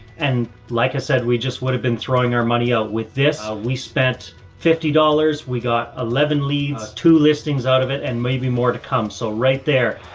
and like i said, we just would have been throwing our money out with this. ah we spent fifty dollars, we got eleven leads, two listings out of it, and maybe more to come. so right there,